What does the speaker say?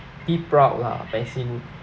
be proud lah by seeing